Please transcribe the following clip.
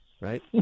Right